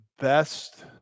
best